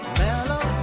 mellow